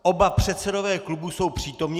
Oba předsedové klubů jsou přítomni.